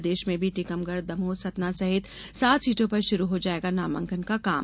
प्रदेश में भी टीकमगढ़दमोह सतना सहित सात सीटों पर शुरू हो जायेगा नामांकन का काम